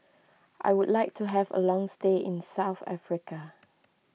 I would like to have a long stay in South Africa